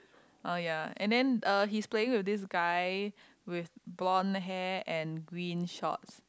oh ya and then uh he's playing with this guy with blonde hair and green shorts